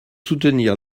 soutenir